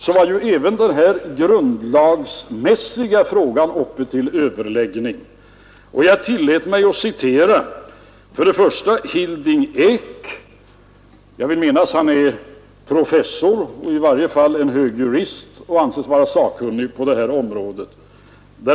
Då var ju även den här grundlagsmässiga frågan uppe till överläggning, och jag tillät mig att citera Hilding Eck, professor och hög jurist, som anses vara sakkunnig på det här området.